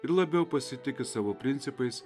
ir labiau pasitiki savo principais